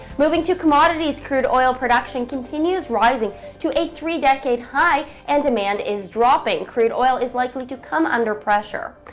moving to commodities, crude oil production continues rising to a three-decade high and demand is dropping crude oil is likely to come under pressure.